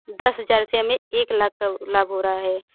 दस हज़ार से हमें एक लाख का लाभ हो रहा है